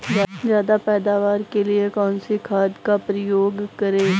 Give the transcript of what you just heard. ज्यादा पैदावार के लिए कौन सी खाद का प्रयोग करें?